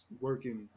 working